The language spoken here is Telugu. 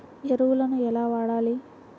ఎరువులను ఎలా వాడాలి?